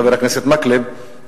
חבר הכנסת מקלב,